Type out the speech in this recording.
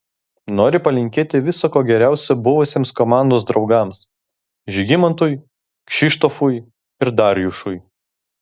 noriu palinkėti viso ko geriausio buvusiems komandos draugams žygimantui kšištofui ir darjušui